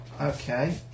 Okay